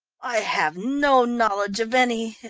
i have no knowledge of any